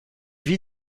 vit